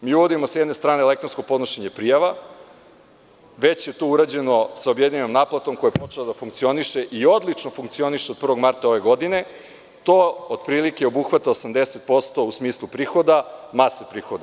Mi jurimo s jedne strane elektronsko podnošenje prijava, već je to urađeno sa objedinjenom naplatom koja je počela da funkcioniše i odlično funkcioniše od 1. marta ove godine, a to obuhvata otprilike 80% u smislu mase prihoda.